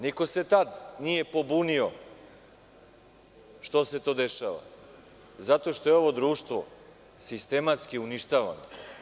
Niko se tad nije pobunio što se to dešava, zato što je ovo društvo sistematski uništavano.